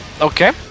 Okay